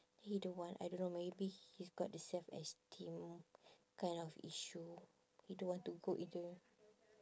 he don't want I don't know maybe he's got the self esteem kind of issue he don't want to go into